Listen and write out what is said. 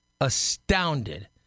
astounded